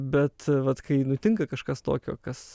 bet vat kai nutinka kažkas tokio kas